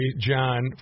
John